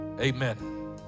amen